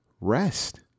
Rest